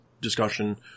discussion